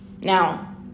Now